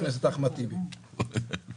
דברו עם ניצן הורוביץ, הוא יסביר לכם את הבעיה.